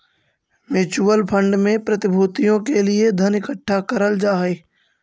mutual fund में प्रतिभूतियों के लिए धन इकट्ठा करल जा हई